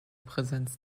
präsenz